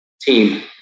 team